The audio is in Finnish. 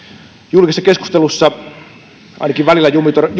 julkisessa keskustelussa ainakin välillä